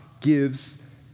gives